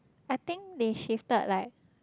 I think they shifted like